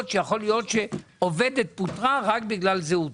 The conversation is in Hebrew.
שיכול להיות שעובדת פוטרה רק בגלל זהותה.